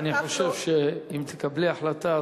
אני חושב שאם תקבלי החלטה,